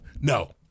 No